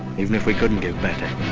even if we couldn't give better.